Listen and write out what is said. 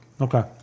Okay